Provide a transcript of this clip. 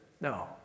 No